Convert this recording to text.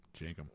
Jankum